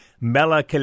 Mela